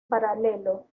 paralelo